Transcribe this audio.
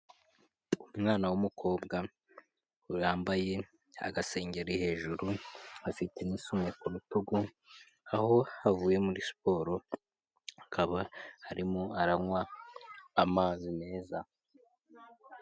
Umwana w'umukobwa urambaye agasengeri hejuru, afite'isume ku rutugu, aho avuye muri siporo, akaba harimo aranywa amazi meza.